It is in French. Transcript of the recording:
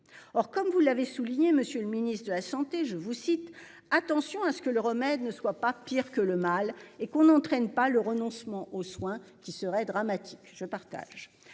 Or, comme vous l'avez souligné, Monsieur le Ministre de la Santé. Je vous cite, attention à ce que le remède ne soit pas pire que le mal et qu'on n'entraîne pas le renoncement aux soins qui serait dramatique,